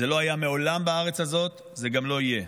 זה לא היה מעולם בארץ הזאת, זה גם לא יהיה.